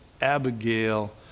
Abigail